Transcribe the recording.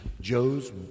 Joe's